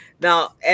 now